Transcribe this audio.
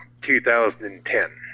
2010